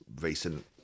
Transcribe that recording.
recent